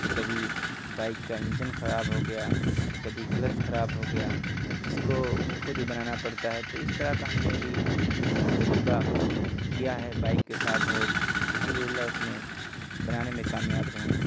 تو کبھی بائک کا انجن خراب ہو گیا کبھی کلچ خراب ہو گیا جس کو خود ہی بنانا پڑتا ہے تو اس طرح کا ہم نے بھی تجربہ کیا ہے بائک کے ساتھ اور الحمد لِلّہ اس میں بنانے میں کامیاب رہے ہیں